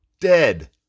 dead